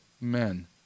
men